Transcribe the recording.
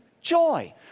joy